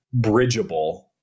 bridgeable